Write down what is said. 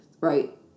Right